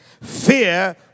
fear